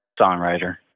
songwriter